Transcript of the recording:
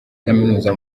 kaminuza